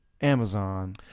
Amazon